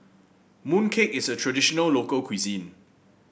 mooncake is a traditional local cuisine